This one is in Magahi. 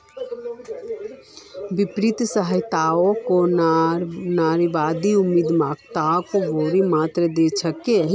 वित्तीय सहायताओ नारीवादी उद्यमिताक बोरो मात्रात दी छेक